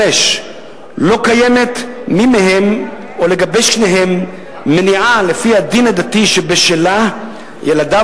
5. לא קיימת לגבי מי מהם או לגבי שניהם מניעה לפי הדין הדתי שבשלה ילדיו